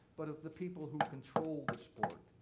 but of the people who control the sport.